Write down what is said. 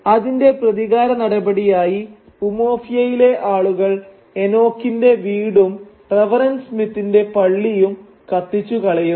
അതിന്റെ പ്രതികാര നടപടിയായി ഉമൊഫിയയിലെ ആളുകൾ എനോക്കിന്റെ വീടും റവറന്റ് സ്മിത്തിന്റെ പള്ളിയും കത്തിച്ചുകളയുന്നു